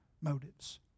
motives